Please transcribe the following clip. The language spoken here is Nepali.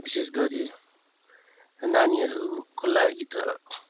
विशेषगरी नानीहरूको लागि त